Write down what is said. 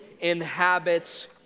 inhabits